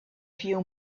few